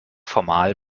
formal